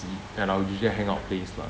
at our usual hang out place lah